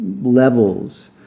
levels